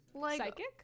Psychic